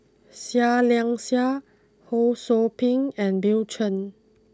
Seah Liang Seah Ho Sou Ping and Bill Chen